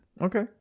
Okay